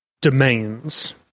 domains